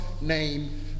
name